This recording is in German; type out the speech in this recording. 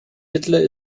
hitler